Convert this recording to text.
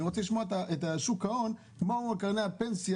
אני רוצה לשמוע את שוק ההון על קרנות הפנסיה,